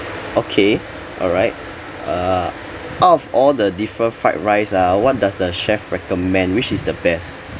okay alright uh out of all the different fried rice uh what does the chef recommend which is the best